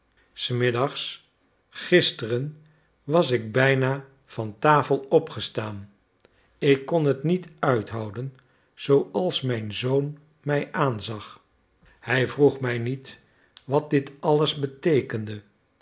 des middags gisteren was ik bijna van tafel opgestaan ik kon het niet uithouden zooals mijn zoon mij aanzag hij vroeg mij niet wat dit alles beteekende